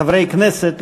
חברי הכנסת,